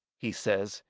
he says,